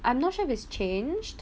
I'm not sure if it's changed